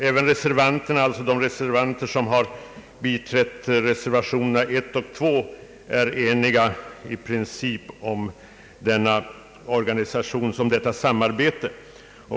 Även de som biträtt reservationerna 1 och 2 är eniga i princip om detta samarbete.